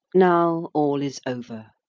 now all is over.